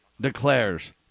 declares